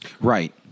Right